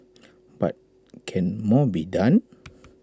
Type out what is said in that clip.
but can more be done